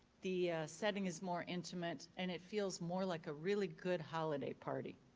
the setting is more intimate, and it feels more like a really good holiday party.